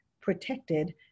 protected